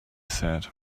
said